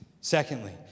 Secondly